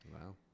Wow